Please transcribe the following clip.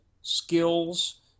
skills